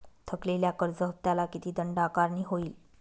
थकलेल्या कर्ज हफ्त्याला किती दंड आकारणी होईल?